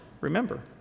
Remember